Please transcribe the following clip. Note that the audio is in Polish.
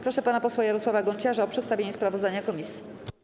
Proszę pana posła Jarosława Gonciarza o przedstawienie sprawozdania komisji.